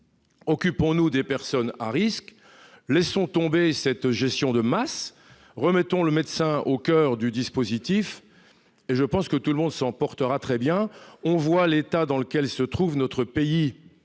Occupons-nous de ces dernières, laissons tomber cette gestion de masse, remettons le médecin au coeur du dispositif, et je pense que tout le monde s'en portera très bien ! On voit l'état dans lequel se trouve notre pays,